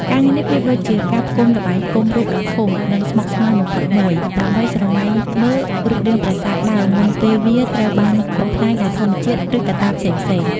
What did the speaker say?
ការងារនេះប្រៀបដូចជាការផ្គុំល្បែងផ្គុំរូបដ៏ធំ និងស្មុគស្មាញបំផុតមួយ ដើម្បីស្រមៃមើលរូបរាងប្រាសាទដើមមុនពេលវាត្រូវបានបំផ្លាញដោយធម្មជាតិ ឬកត្តាផ្សេងៗ។